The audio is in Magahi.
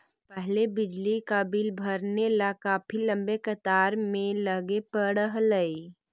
पहले बिजली का बिल भरने ला काफी लंबी कतार में लगे पड़अ हलई